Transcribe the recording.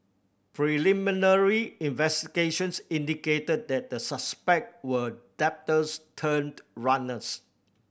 preliminary investigations indicated that the suspect were debtors turned runners